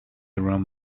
room